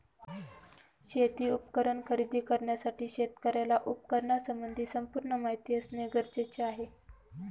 शेती उपकरण खरेदी करण्यासाठी शेतकऱ्याला उपकरणासंबंधी संपूर्ण माहिती असणे गरजेचे आहे